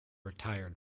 retired